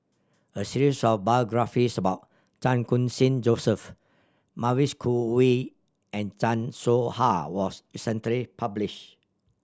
a series of biographies about Chan Khun Sing Joseph Mavis Khoo Oei and Chan Soh Ha was recently published